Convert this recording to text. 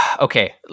okay